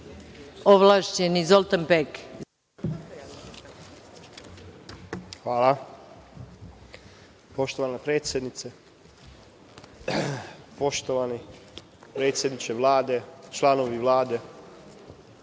Zoltan Pek. **Zoltan Pek** Hvala. Poštovana predsednice, poštovani predsedniče Vlade, članovi Vlade,